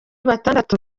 batandatu